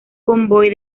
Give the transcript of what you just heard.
convoy